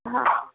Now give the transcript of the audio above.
हा